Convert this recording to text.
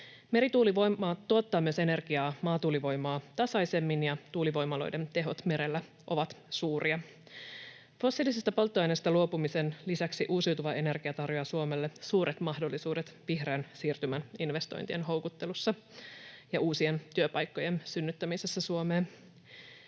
Merituulivoima myös tuottaa energiaa maatuulivoimaa tasaisemmin, ja tuulivoimaloiden tehot merellä ovat suuria. Fossiilisista polttoaineista luopumisen lisäksi uusiutuva energia tarjoaa Suomelle suuret mahdollisuudet vihreän siirtymän investointien houkuttelussa ja uusien työpaikkojen synnyttämisessä Suomeen.